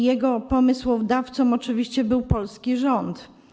Jego pomysłodawcą oczywiście był polski rząd.